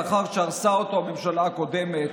לאחר שהרסה אותו הממשלה הקודמת.